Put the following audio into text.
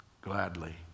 gladly